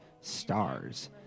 Stars